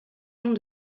long